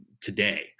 today